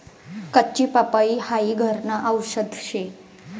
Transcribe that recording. कच्ची पपई हाई घरन आवषद शे